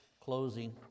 Closing